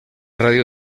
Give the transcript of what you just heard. radio